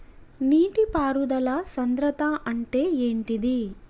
నీటి పారుదల సంద్రతా అంటే ఏంటిది?